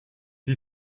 die